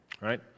Right